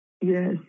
Yes